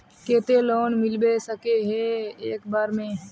केते लोन मिलबे सके है एक बार में?